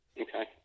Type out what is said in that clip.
Okay